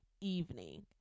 evening